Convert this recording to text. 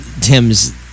Tim's